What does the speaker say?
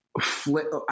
flip